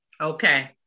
Okay